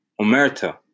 omerta